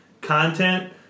content